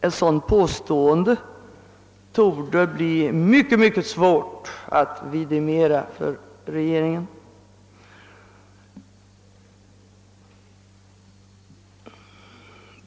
Ett sådant påstående torde bli mycket svårt för regeringen att verifiera.